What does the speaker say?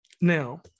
now